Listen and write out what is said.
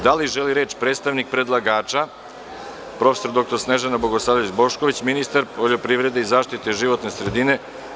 Da li želi reč predstavnik predlagača, prof. dr Snežana Bogosavljević Bošković, ministar poljoprivrede i zaštite životne sredine?